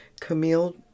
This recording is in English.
Camille